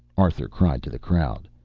arthur cried to the crowd.